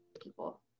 people